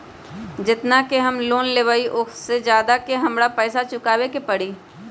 जेतना के हम लोन लेबई ओ से ज्यादा के हमरा पैसा चुकाबे के परी?